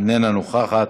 איננה נוכחת,